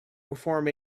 perform